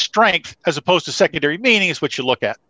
strength as opposed to secondary meaning is what you look at